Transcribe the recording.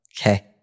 Okay